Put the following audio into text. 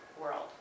world